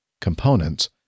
components